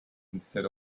instead